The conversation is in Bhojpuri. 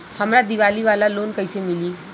हमरा दीवाली वाला लोन कईसे मिली?